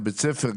בית הספר,